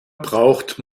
braucht